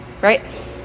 Right